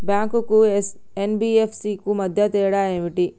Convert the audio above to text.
Bank కు NBFC కు మధ్య తేడా ఏమిటి?